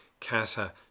Casa